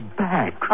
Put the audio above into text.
back